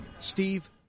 Steve